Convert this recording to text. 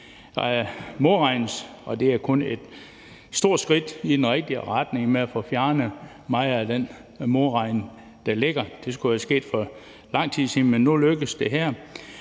ikke modregnes, og det er kun et stort skridt i den rigtige retning mod at få fjernet meget af den modregning, der ligger. Det skulle være sket for lang tid siden, men nu lykkes det her.